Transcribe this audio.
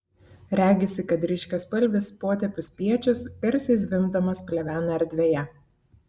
regisi kad ryškiaspalvis potėpių spiečius garsiai zvimbdamas plevena erdvėje